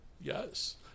Yes